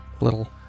little